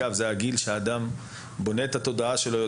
זה הגיל שהאדם בונה את התודעה שלו,